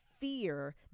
fear